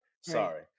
Sorry